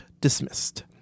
dismissed